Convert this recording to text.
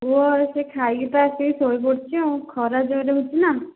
ପୁଅ ସେ ଖାଇକି ତ ଆସିକି ଶୋଇ ପଡ଼ିଛି ଆଉ ଖରା ଜୋର୍ରେ ହେଉଛି ନା